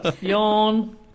Yawn